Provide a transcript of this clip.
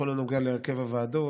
הנוגע להרכב הוועדות,